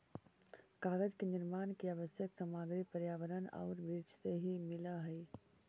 कागज के निर्माण के आवश्यक सामग्री पर्यावरण औउर वृक्ष से ही मिलऽ हई